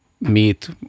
meet